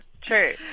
true